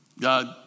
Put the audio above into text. God